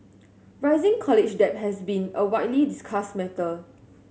rising college debt has been a widely discussed matter